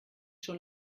schon